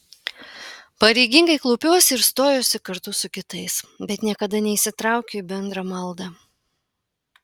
pareigingai klaupiuosi ir stojuosi kartu su kitais bet niekada neįsitraukiu į bendrą maldą